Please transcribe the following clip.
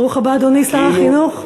ברוך הבא, אדוני שר החינוך.